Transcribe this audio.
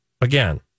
again